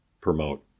promote